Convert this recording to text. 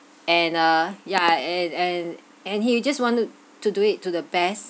and uh ya and and and he just want to to do it to the best